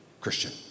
Christian